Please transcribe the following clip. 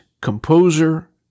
composer